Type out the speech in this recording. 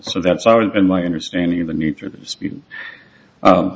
so that's always been my understanding of the nature